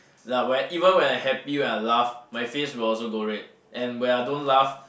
like when even when I happy when I laugh my face will also go red and when I don't laugh